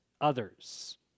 others